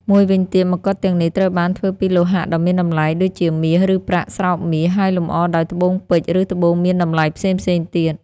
មួយវិញទៀតមកុដទាំងនេះត្រូវបានធ្វើពីលោហៈដ៏មានតម្លៃ ដូចជាមាស ឬប្រាក់ស្រោបមាស ហើយលម្អដោយត្បូងពេជ្រ ឬត្បូងមានតម្លៃផ្សេងៗទៀត។